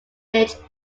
village